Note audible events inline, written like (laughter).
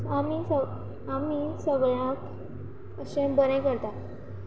आमी (unintelligible) आमी सगळ्यांक अशें बरें करता